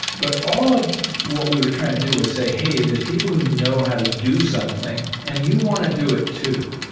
but all of what we were trying to do was say, hey, there're people who know how to do something, and you want to do it too.